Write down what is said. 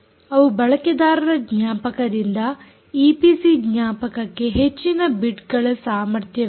ಅವು ಬಳಕೆದಾರ ಜ್ಞಾಪಕದಿಂದ ಈಪಿಸಿ ಜ್ಞಾಪಕಕ್ಕೆ ಹೆಚ್ಚಿನ ಬಿಟ್ಗಳ ಸಾಮರ್ಥ್ಯವಿದೆ